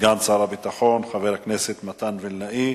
סגן שר הביטחון, חבר הכנסת מתן וילנאי.